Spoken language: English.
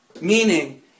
Meaning